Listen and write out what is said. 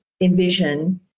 envision